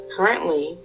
Currently